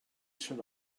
should